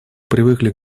привыкли